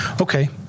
okay